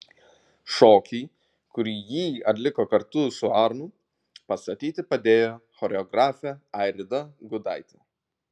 šokį kurį jį atliko kartu su arnu pastatyti padėjo choreografė airida gudaitė